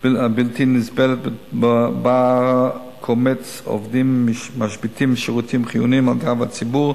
הבלתי נסבלת שבה קומץ עובדים משבית שירותים חיוניים על גב הציבור,